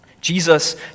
Jesus